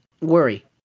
worry